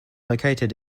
located